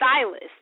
stylist